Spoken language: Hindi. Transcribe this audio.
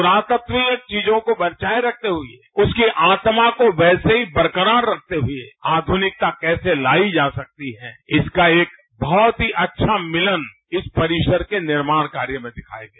पुरातत्वीय चीजों को बचाये रखते हुए उसकी आत्मा को वैसे ही बरकरार रखते हुए आध्यनिकता कैसे लाई जा सकती है इसका एक बहुत ही अच्छा मिलन इस परिसर के निर्माण कार्य में दिखाई देगा